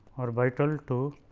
orbital to